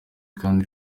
kandi